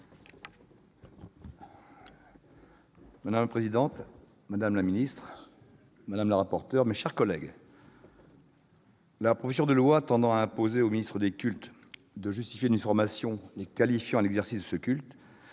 Madame la présidente, madame la ministre, madame la rapporteur, mes chers collègues, la proposition de loi tendant à imposer aux ministres des cultes de justifier d'une formation les qualifiant à l'exercice de ce culte